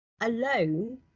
alone